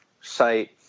site